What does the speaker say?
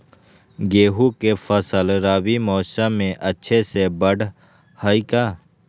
गेंहू के फ़सल रबी मौसम में अच्छे से बढ़ हई का?